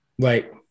Right